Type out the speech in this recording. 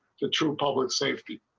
the true public safety.